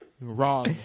Wrong